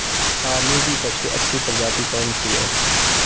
आलू की सबसे अच्छी प्रजाति कौन सी है?